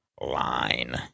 line